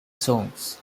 songs